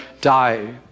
die